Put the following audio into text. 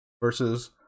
Versus